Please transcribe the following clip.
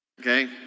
Okay